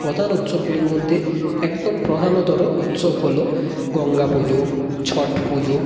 প্রধান উৎসবগুলির মধ্যে একদম প্রধানতর উৎসব হলো গঙ্গা পুজো ছট পুজো